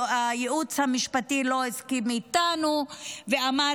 הייעוץ המשפטי לא הסכים איתנו ואמר